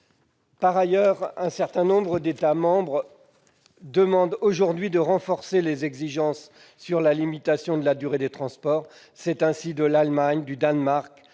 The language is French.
Par ailleurs, un certain nombre d'États membres demandent à ce que soient renforcées les exigences en matière de limitation de la durée des transports. C'est le cas de l'Allemagne, du Danemark,